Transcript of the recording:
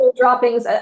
droppings